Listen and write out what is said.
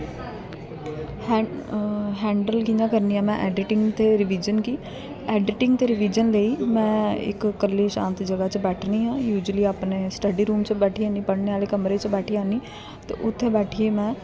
handle कि'यां करनी आं में एडिटिंग ते रिवीजन गी एडिटिंग ते रिवीजन लेई में इक कल्ली शांत जेही जगह च बैठनी हां यूजुअली अपने स्टडी रूम च बैठी जन्नी पढ़ने आह्ले कमरे च बैठी जन्नी ते उत्थें बैठी ऐ में